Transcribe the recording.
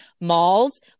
Malls